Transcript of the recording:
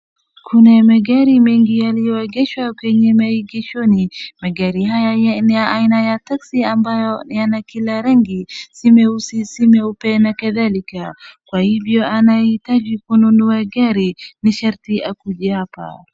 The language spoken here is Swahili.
Kuna magari mengi yalioegeshwa kwenye maegeshoni. Magari ni aina ya taxi ambayo yana kila rangi si meusi si meupe na kadhalika. Kwa hivyo anayehitaji kununua gari ni sharti akuje hapa.